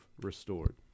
restored